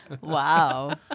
Wow